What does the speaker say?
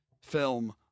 film